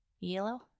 yellow